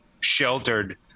sheltered